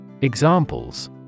Examples